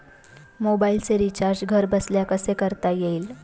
मोबाइलचे रिचार्ज घरबसल्या कसे करता येईल?